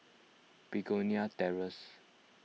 Begonia Terrace